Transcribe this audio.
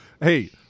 Hey